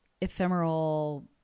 ephemeral